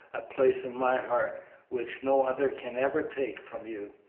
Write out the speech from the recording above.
a place in my heart which no other can ever take from you.